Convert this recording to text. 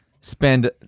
spend